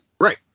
Right